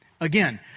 Again